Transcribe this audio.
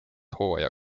hooaja